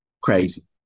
crazy